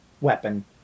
weapon